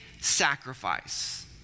sacrifice